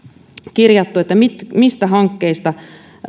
kirjattu mistä mistä hankkeista